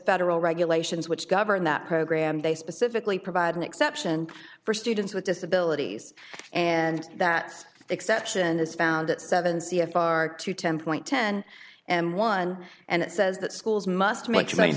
federal regulations which govern that program they specifically provide an exception for students with disabilities and that exception is found at seven c f r two ten point ten and one and it says that schools must make